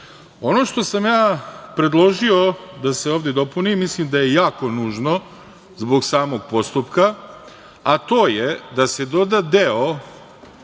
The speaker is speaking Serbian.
što sam ja predložio da se ovde dopuni mislim da je jako nužno zbog samog postupka, a to je da se doda deo